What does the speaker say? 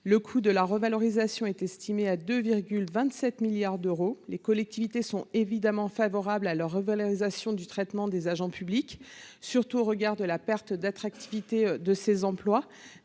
le coût de la revalorisation est estimé à 2,27 milliards d'euros. Les collectivités sont évidemment favorables à la revalorisation du traitement des agents publics, surtout au regard de la perte d'attractivité de ces emplois.